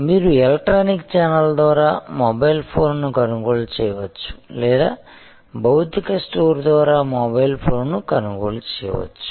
మీరు electronic channel ద్వారా mobile ఫోన్ను కొనుగోలు చేయవచ్చు లేదా భౌతిక స్టోర్ ద్వారా మొబైల్ ఫోన్ను కొనుగోలు చేయవచ్చు